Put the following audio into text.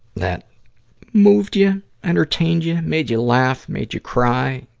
that moved you, entertained you, made you laugh, made you cry,